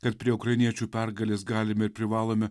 kad prie ukrainiečių pergalės galime ir privalome